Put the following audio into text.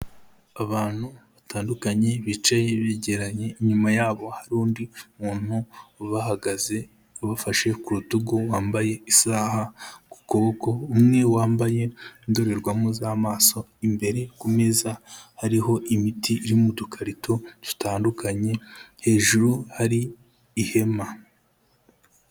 Abantu batandukanye bicaye begeranye inyuma yabo hari undi muntu uhahagaze ubafashe ku rutugu wambaye isaha ku kuboko, umwe wambaye indorerwamo z'amaso imbere kumeza hariho imiti iri mu dukarito dutandukanye hejuru hari ihema.